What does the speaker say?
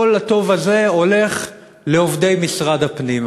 כל הטוב הזה הולך לעובדי משרד הפנים,